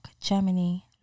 Germany